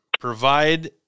Provide